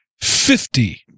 fifty